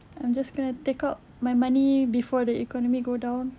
I'm just going to take out my money before the economy go down